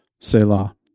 Selah